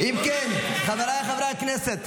אם כן, חבריי חברי הכנסת,